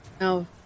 No